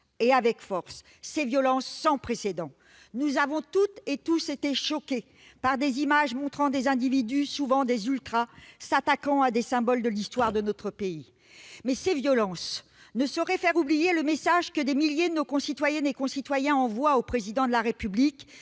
et avec force, ces violences sans précédent et nous avons toutes et tous été choqués par des images montrant des individus, souvent des « ultras », s'attaquant à des symboles de l'histoire de notre pays, mais ces violences ne sauraient faire oublier le message clair que des milliers de nos concitoyennes et de nos concitoyens envoient au Président de la République